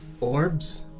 orbs